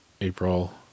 April